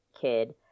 kid